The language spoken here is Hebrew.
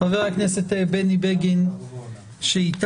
חבר הכנסת בני בגין איתנו,